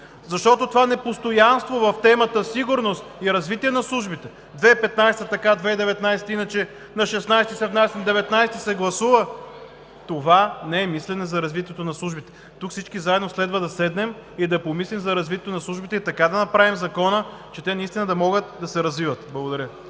Защото това непостоянство в темата „Сигурност и развитие на службите“ – 2015 г. така, 2019-а иначе, на 16-и се внася, на 19-и се гласува, не е мислене за развитието на службите. Тук всички заедно следва да седнем и да помислим за развитието на службите – така да направим Закона, че те наистина да могат да се развиват. Благодаря